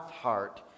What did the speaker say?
heart